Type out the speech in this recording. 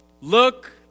look